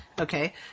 Okay